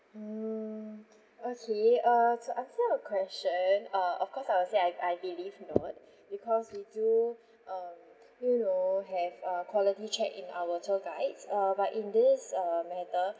hmm okay uh to answer your question uh of course I will say I I believe not because we do um you know have uh quality check in our tour guides uh but in this uh matter